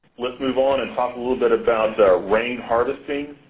let's move on and talk a little bit about rainwater harvesting.